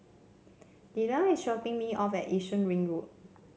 Dillon is dropping me off at Yishun Ring Road